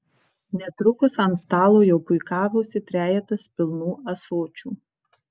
netrukus ant stalo jau puikavosi trejetas pilnų ąsočių